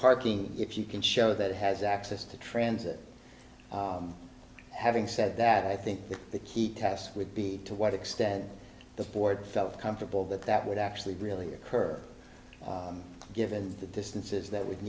parking if you can show that it has access to transit having said that i think the key task would be to what extent the board felt comfortable that that would actually really occur given the distances that would